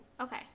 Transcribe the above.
Okay